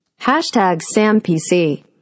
SamPC